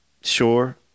sure